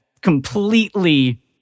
completely